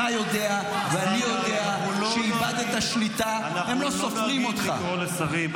אנא לא נוהגים לקרוא לשרים.